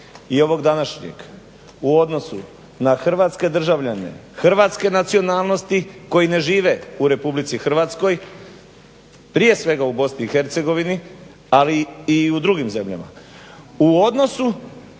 i ovog današnjeg, u odnosu na hrvatske državljane hrvatske nacionalnosti koji ne žive u Republici Hrvatskoj, prije svega u Bosni i Hercegovini, ali i u drugim zemljama u odnosu